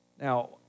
Now